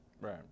right